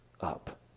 up